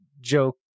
joke